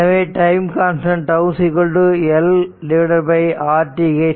எனவே time constant τ LRth 1 2 0